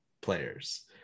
players